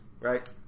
right